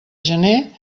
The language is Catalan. gener